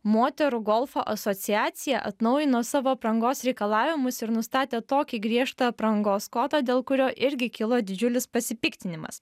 moterų golfo asociacija atnaujino savo aprangos reikalavimus ir nustatė tokį griežtą aprangos kodą dėl kurio irgi kilo didžiulis pasipiktinimas